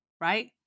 right